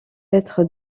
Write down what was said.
être